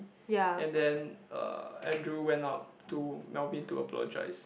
and then uh Andrew went up to Melvin to apologise